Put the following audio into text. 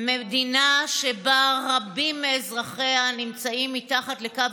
מדינה שבה רבים מאזרחיה נמצאים מתחת לקו